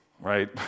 Right